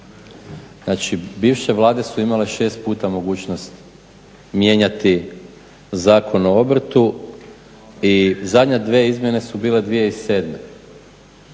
Znači, bivše Vlade su imale šest puta mogućnost mijenjati Zakon o obrtu i zadnje dvije izmjene su bile 2007.